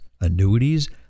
annuities